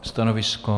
Stanovisko?